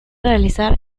realizar